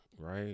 Right